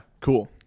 cool